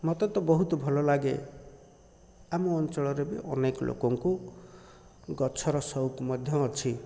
ମୋତେ ତ ବହୁତ ଭଲ ଲାଗେ ଆମ ଅଞ୍ଚଳରେ ବି ଅନେକ ଲୋକଙ୍କୁ ଗଛର ସଉକ ମଧ୍ୟ ଅଛି